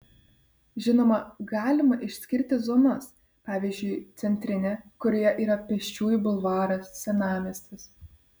žinoma galima išskirti zonas pavyzdžiui centrinė kurioje yra pėsčiųjų bulvaras senamiestis